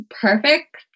perfect